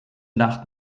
nacht